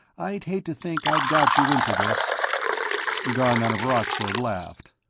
i'd hate to think i'd got you into this garnon of roxor laughed.